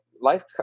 life